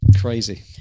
crazy